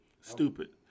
Stupid